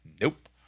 nope